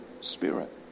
spirit